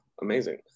amazing